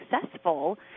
successful